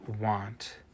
want